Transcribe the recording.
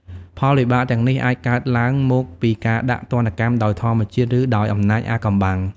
ផលវិបាកទាំងនេះអាចកើតឡើងមកពីការដាក់ទណ្ឌកម្មដោយធម្មជាតិ ឬដោយអំណាចអាថ៌កំបាំង។